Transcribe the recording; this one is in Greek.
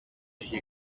είχε